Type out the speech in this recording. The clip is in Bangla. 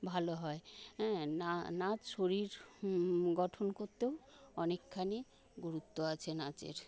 ভালো হয় হ্যাঁ না নাচ শরীর গঠন করতেও অনেকখানি গুরুত্ব আছে নাচের